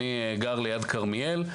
אני גר ליד כרמיאל.